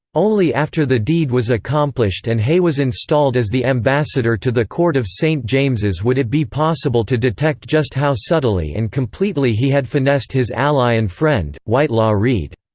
only after the deed was accomplished and hay was installed as the ambassador to the court of st. james's would it be possible to detect just how subtly and completely he had finessed his ally and friend, whitelaw reid.